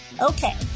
Okay